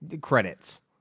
credits